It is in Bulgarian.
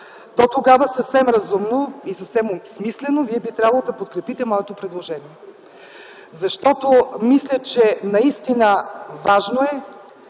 то тогава съвсем разумно и съвсем осмислено вие би трябвало да подкрепите моето предложение. Защото мисля, че наистина е важно